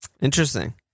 Interesting